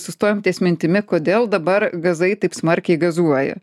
sustojom ties mintimi kodėl dabar gazai taip smarkiai gazuoja